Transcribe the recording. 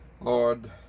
Lord